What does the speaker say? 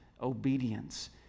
obedience